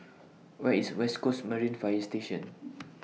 Where IS West Coasts Marine Fire Station